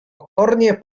pokornie